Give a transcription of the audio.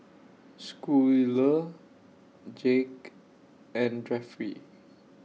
Schuyler Jake and Jeffrey